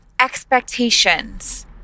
expectations